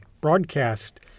broadcast